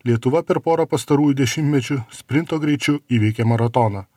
lietuva per porą pastarųjų dešimtmečių sprinto greičiu įveikė maratoną